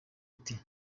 ati